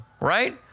right